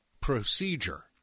procedure